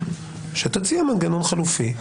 שתציע מנגנון חלופי.